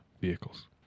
vehicles